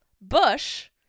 Bush